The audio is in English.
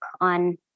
on